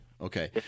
okay